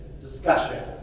discussion